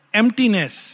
emptiness